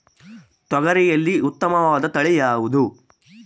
ತೊಗರಿಯಲ್ಲಿ ಉತ್ತಮವಾದ ತಳಿ ಯಾವುದು?